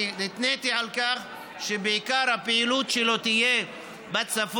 אני התניתי את זה שעיקר הפעילות שלו תהיה בצפון,